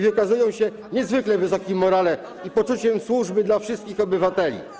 Wykazują się niezwykle wysokim morale i poczuciem służby dla wszystkich obywateli.